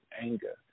anger